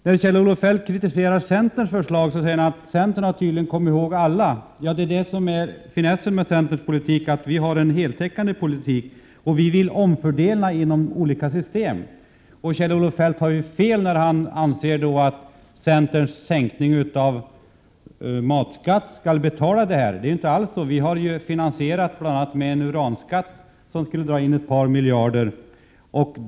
När Kjell-Olof Feldt kritiserar centerns förslag säger han att centern tydligen har kommit ihåg alla. Ja, det är finessen med centerns politik — den är heltäckande. Vi vill omfördela inom olika system. Kjell-Olof Feldt har fel när han anser att centerns sänkning av matskatten skall betala förslagen — det är inte alls så. Vi har finansierat bl.a. genom en uranskatt, som skulle dra in ett par miljarder.